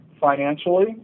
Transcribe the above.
financially